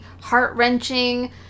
heart-wrenching